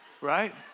Right